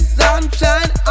sunshine